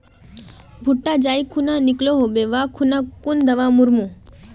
भुट्टा जाई खुना निकलो होबे वा खुना कुन दावा मार्मु?